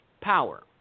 power